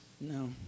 No